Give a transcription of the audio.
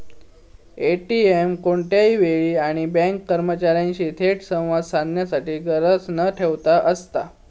ATM कोणत्याही वेळी आणि बँक कर्मचार्यांशी थेट संवाद साधण्याची गरज न ठेवता असता